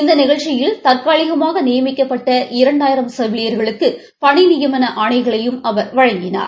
இந்த நிகழ்ச்சியில் தற்காலிகமாக நியமிக்கபட்ட இரண்டாயிரம் செவிலியர்களுக்கு பணி நியமன ஆணைகளையும் அவர் வழங்கினார்